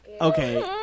Okay